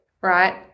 right